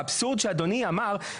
האבסורד שאדוני אמר,